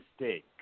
mistake